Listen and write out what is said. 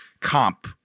Comp